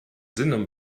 simum